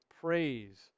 Praise